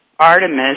Artemis